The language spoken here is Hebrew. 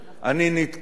ולא רק אני,